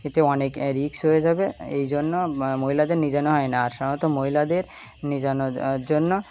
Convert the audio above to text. এতে অনেক রিক্স হয়ে যাবে এই জন্য মহিলাদের নিজানো হয় না আ সাধারণত মহিলাদের নিজানো জন্য